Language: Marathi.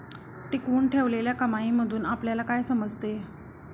टिकवून ठेवलेल्या कमाईमधून आपल्याला काय समजते?